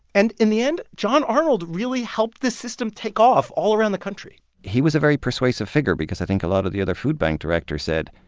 and in the end, john arnold really helped the system take off all around the country he was a very persuasive figure because i think a lot of other the other food bank directors said,